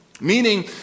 Meaning